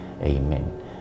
Amen